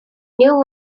new